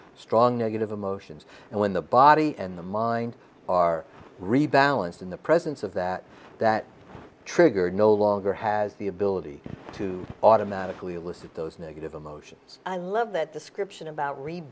strong negative emotions and when the body and the mind are rebalanced in the presence of that that trigger no longer has the ability to automatically elicit those negative emotions i love that description about re